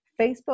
Facebook